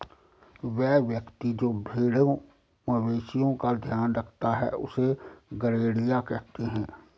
वह व्यक्ति जो भेड़ों मवेशिओं का ध्यान रखता है उससे गरेड़िया कहते हैं